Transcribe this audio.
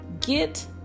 get